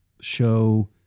show